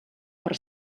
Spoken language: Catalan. per